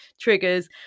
triggers